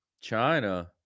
China